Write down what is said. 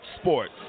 Sports